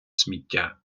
сміття